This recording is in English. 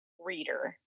reader